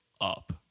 up